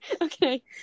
Okay